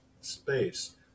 space